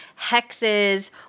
hexes